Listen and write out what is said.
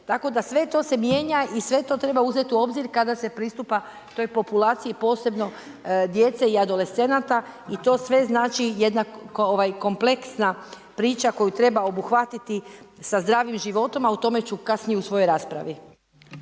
Tako da sve to se mijenja, i sve to treba uzeti u obzir, kada se pristupa toj populaciji, posebno djece i adolescenata i to sve znači jedna kompleksna priča koju treba obuhvatiti sa zdravim životom, a o tome ću kasnije u svojoj raspravi.